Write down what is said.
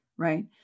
Right